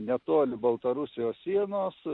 netoli baltarusijos sienos